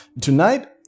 Tonight